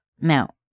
Now